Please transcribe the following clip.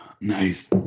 Nice